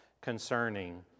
concerning